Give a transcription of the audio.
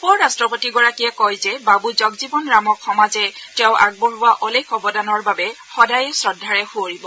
উপৰাট্টপতিগৰাকীয়ে কয় যে বাবু জগজীৱন ৰামক সমাজে তেওঁ আগবঢ়োৱা অলেখ অৱদানৰ বাবে সদায় শ্ৰদ্ধাৰে সুঁৱৰিব